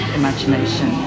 imagination